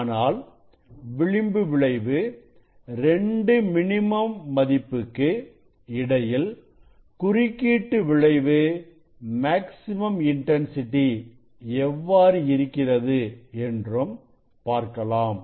ஆனால் விளிம்பு விளைவு 2 மினிமம் மதிப்புக்கு இடையில் குறுக்கீட்டு விளைவு மேக்ஸிமம் இன்டன்சிட்டி எவ்வாறு இருக்கிறது என்றும் பார்க்கலாம்